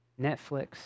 Netflix